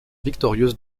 victorieuse